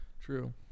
True